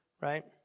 Right